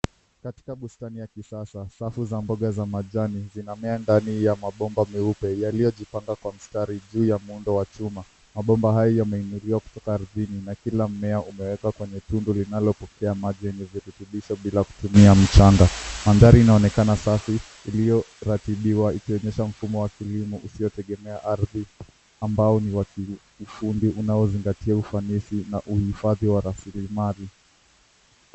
Katika bustani ya kisasa, safu za mboga za majani inamea ndani ya mabomba meupe yaliyojipanga kwa mstari juu ya muundo wa chuma. Mabomba hayo yameinuliwa kutoka ardhini na kila mmeea umewekwa kwenye tundu linalopokea maji yenye virutubisho bila kutumia mchanga. Mandhari inaonekana safi iliyoratibiwa ikionyesha mfumo wa kilimo usio tegemea ardhi ambao ni wa kikundi unaozingatia ufanisi na uhifadhi wa raslimali.